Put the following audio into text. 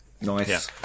Nice